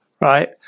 right